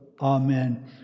Amen